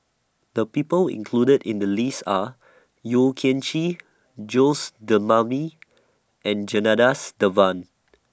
The People included in The list Are Yeo Kian Chye Jose and Janadas Devan